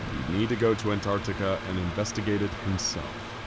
he'd need to go to antarctica and investigate it himself.